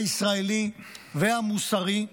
הישראלי והמוסרי,